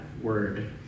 word